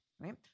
right